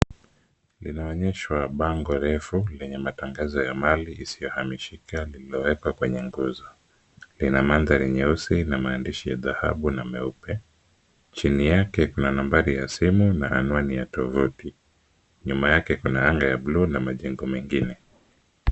Linaonyeshwa bango refu lenye matangazo ya mali isiyohamishika lililowekwa kwenye nguzo. Lina mandhari nyeusi na maandishi ya dhahabu na meupe. Chini yake kuna nambari ya simu na anwani ya tovuti. Nyuma yake kuna anga ya blue na majengo mengine.